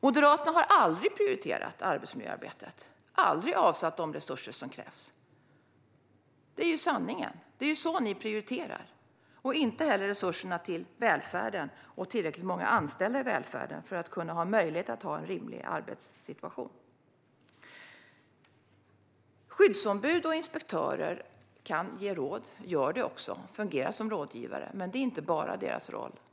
Moderaterna har aldrig prioriterat arbetsmiljöarbetet och aldrig avsatt de resurser som krävs. Det är sanningen. Ni har heller aldrig prioriterat resurser till välfärden eller till att ha tillräckligt många anställda i välfärden så att det är möjligt att ha en rimlig arbetssituation. Skyddsombud och inspektörer kan ge råd och gör det. De fungerar som rådgivare. Men det är inte deras enda roll.